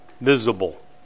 Visible